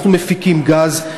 אנחנו מפיקים גז,